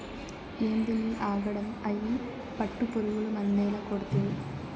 ఏందినీ ఆగడం, అయ్యి పట్టుపురుగులు మందేల కొడ్తివి